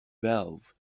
valve